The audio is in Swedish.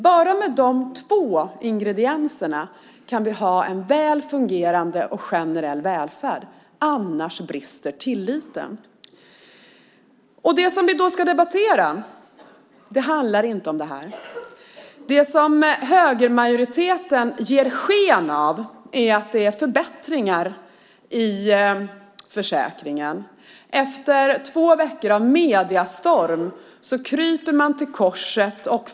Bara med de två ingredienserna kan vi ha en väl fungerande och generell välfärd. Annars brister tilliten. Det som vi ska debattera handlar inte om detta. Det som högermajoriteten ger sken av är att det handlar om förbättringar i försäkringen. Efter två veckor av mediestorm kryper man till korset.